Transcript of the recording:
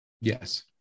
Yes